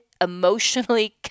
emotionally